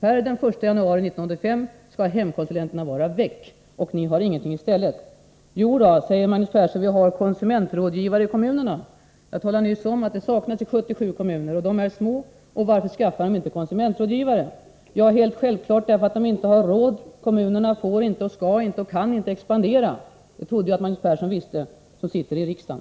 Per den 1 januari 1985 skall hemkonsulenterna vara väck, och ni har ingenting i stället. Jo då, säger Magnus Persson, vi har konsumentrådgivarna i kommunerna. Jag talade nyss om, att sådana saknas i 77 kommuner. Varför skaffar de då inte konsumentrådgivare? Jo, självfallet därför att de är små och inte har råd. Kommunerna skall inte och kan inte expandera; det trodde jag att Magnus Persson visste som sitter i riksdagen.